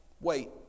wait